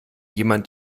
jemand